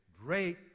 great